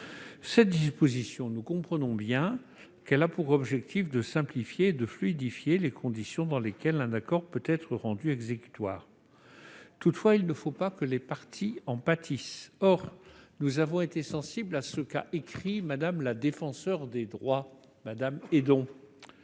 telle disposition a pour objectif de simplifier et de fluidifier les conditions dans lesquelles un accord peut être rendu exécutoire. Toutefois, il ne faut pas que les parties en pâtissent. Or nous avons été sensibles à ce qu'a écrit Mme la Défenseure des droits, Claire Hédon.